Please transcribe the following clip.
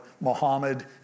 Muhammad